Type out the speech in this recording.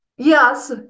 yes